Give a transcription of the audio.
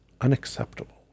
unacceptable